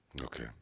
Okay